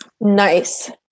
Nice